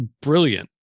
brilliant